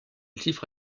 chiffre